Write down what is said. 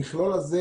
המכלול הזה,